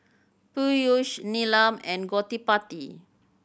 Peyush Neelam and Gottipati